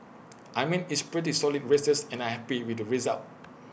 I mean it's pretty solid races and I'm happy with the results